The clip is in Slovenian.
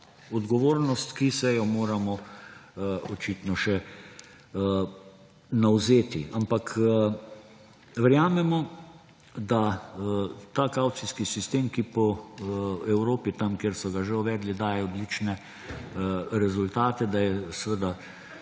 odgovornost, ki se jo moramo očitno še navzeti. Ampak verjamemo, da ta kavcijski sistem, ki po Evropi, tam, kjer so ga že uvedli, daje odlične rezultate; da je seveda